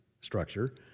structure